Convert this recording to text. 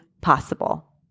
possible